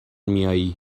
میائی